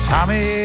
Tommy